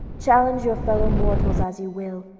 challenge your fellow-mortals as you will,